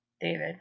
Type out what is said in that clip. David